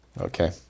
okay